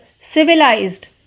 Civilized